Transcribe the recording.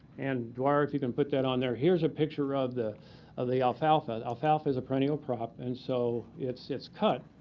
and dwyer, if you can put that on there, here's a picture of the of the alfalfa. alfalfa is a perennial crop, and so it's it's cut,